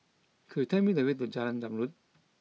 could tell me the way to Jalan Zamrud